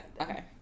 Okay